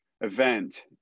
event